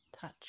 touch